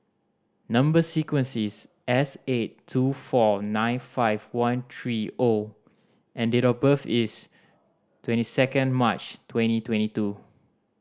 number sequence is S eight two four nine five one three O and date of birth is twenty second March twenty twenty two